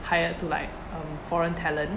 hired to like um foreign talent